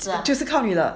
就是靠你了